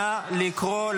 נא לקרוא,